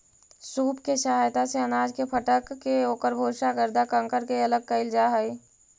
सूप के सहायता से अनाज के फटक के ओकर भूसा, गर्दा, कंकड़ के अलग कईल जा हई